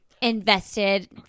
invested